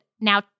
Now